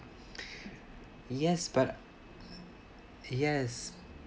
yes but yes